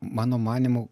mano manymu